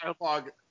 dialogue